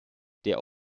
der